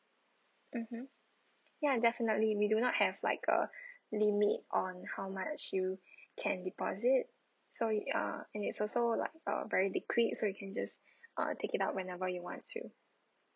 mmhmm ya definitely we do not have like a limit on how much you can deposit so uh and it's also like uh very liquid so you can just uh take it out whenever you want to